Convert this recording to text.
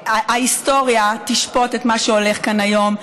ההיסטוריה תשפוט את מה שהולך כאן היום,